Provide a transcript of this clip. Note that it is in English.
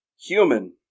human